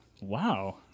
Wow